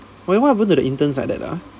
oh want happen to the interns like that ah